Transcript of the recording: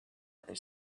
other